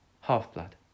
Half-blood